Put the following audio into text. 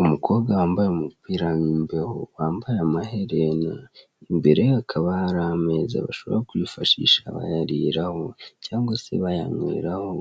Umukobwa wambaye umupira w'imbeho wambaye amaherena imbere ye hakaba hari ameza bashobora kwifashisha bayayiraho cyangwa se bayankweraho,